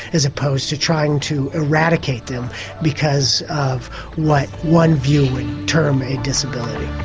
as opposed to trying to eradicate them because of what one view would term a disability.